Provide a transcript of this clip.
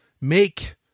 make